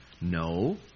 No